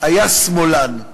היה שמאלן.